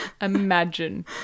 Imagine